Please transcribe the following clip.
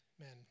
amen